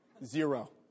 Zero